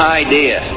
idea